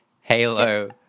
Halo